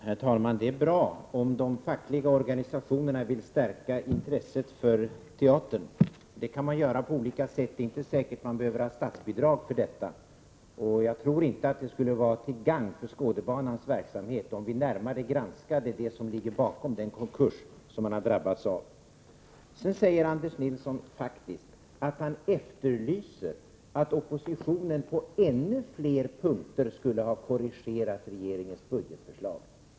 Herr talman! Det är bra om de fackliga organisationerna vill stärka intresset för teatern. Det kan göras på olika sätt, men det är inte säkert att det behövs statsbidrag för det. Jag tror inte det vore till gagn för Skådebanans verksamhet om vi närmare granskade det som ligger bakom den konkurs som man har drabbats av. Sedan säger faktiskt Anders Nilsson att han efterlyser att oppositionen på ännu fler punkter skulle ha korrigerat regeringens budgetförslag.